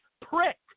prick